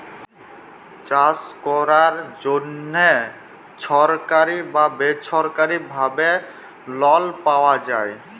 চাষ ক্যরার জ্যনহে ছরকারি বা বেছরকারি ভাবে লল পাউয়া যায়